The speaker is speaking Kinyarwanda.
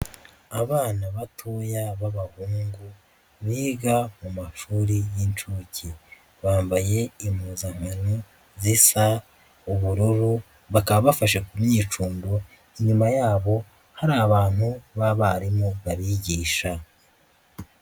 Abana batoya b'abahungu biga mu mashuri y'inshuke bambaye impuzankano zisa ubururu bakaba bafashe ku myicundo inyuma yabo hari abantu b'abarimu babigisha.